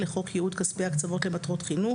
לחוק ייעוד כספי הקצבות למטרות חינוך,